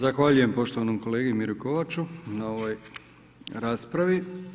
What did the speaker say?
Zahvaljujem poštovanom kolegi Miri Kovaču na ovoj raspravi.